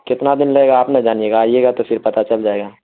کتنا دن لگے گا آپ نا جانیے گا آئیے گا تو پھر پتا چل جائے گا